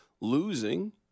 losing